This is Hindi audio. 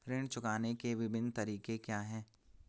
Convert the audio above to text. ऋण चुकाने के विभिन्न तरीके क्या हैं?